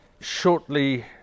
Shortly